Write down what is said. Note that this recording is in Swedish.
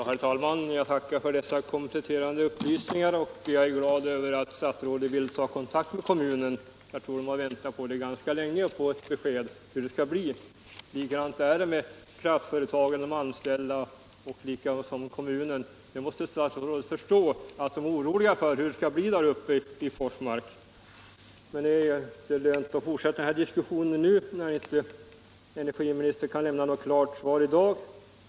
Herr talman! Jag tackar för dessa kompletterande upplysningar. Jag är glad över att statsrådet vill ta kontakt med kommunen -— jag tror den har väntat ganska länge på ett besked om hur det skall bli. Likadant är det med kraftföretaget och de anställda. Statsrådet måste förstå att de är oroliga för hur det skall bli i Forsmark. Men det är inte lönt att fortsätta den här diskussionen när energiministern inte kan lämna något klart besked i dag.